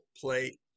Play